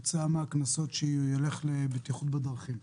כתוצאה מהקנסות שיילך לבטיחות בדרכים.